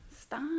Stop